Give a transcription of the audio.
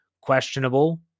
questionable